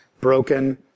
broken